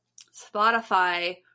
Spotify